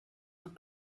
the